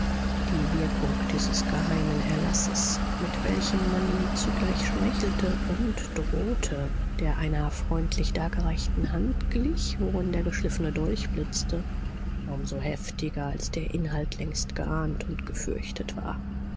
die wirkung dieses geheimen erlasses mit welchem man ihm zugleich schmeichelte und drohte der einer freundlich dargereichten hand glich worin der geschliffene dolch blitzte war um so heftiger als der inhalt längst geahnt und gefürchtet war